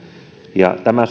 ja tämä